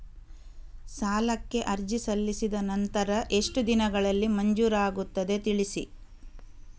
ಸಾಲಕ್ಕೆ ಅರ್ಜಿ ಸಲ್ಲಿಸಿದ ನಂತರ ಎಷ್ಟು ದಿನಗಳಲ್ಲಿ ಮಂಜೂರಾಗುತ್ತದೆ ತಿಳಿಸಿ?